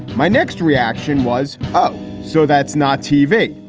my next reaction was, oh, so that's not tv.